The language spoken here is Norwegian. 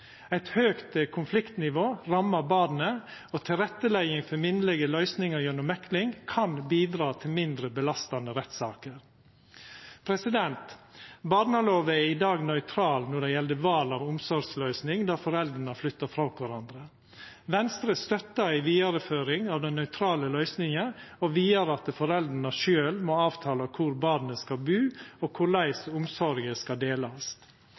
Eit høgt konfliktnivå rammar barnet, og tilrettelegging for minnelege løysingar gjennom mekling kan bidra til mindre belastande rettssaker. Barnelova er i dag nøytral når det gjeld val av omsorgsløysing der foreldra flyttar frå kvarandre. Venstre støttar ei vidareføring av den nøytrale løysinga og vidare at foreldra sjølve må avtala kvar barnet skal bu, og korleis omsorga skal delast.